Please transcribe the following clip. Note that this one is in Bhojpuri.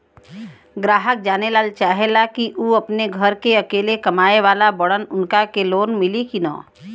ग्राहक जानेला चाहे ले की ऊ अपने घरे के अकेले कमाये वाला बड़न उनका के लोन मिली कि न?